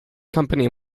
company